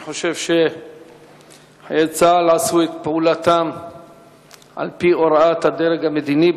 אני חושב שחיילי צה"ל עשו את פעולתם על-פי הוראת הדרג המדיני,